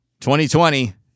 2020